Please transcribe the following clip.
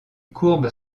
courbe